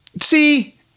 See